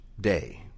day